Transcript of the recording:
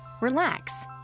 Relax